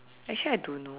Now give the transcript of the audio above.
actually I don't know